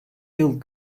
yıl